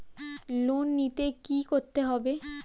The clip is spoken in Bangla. লোন নিতে কী করতে হবে?